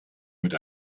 mit